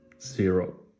zero